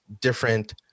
different